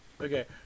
Okay